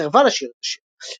סירבה לשיר את השיר.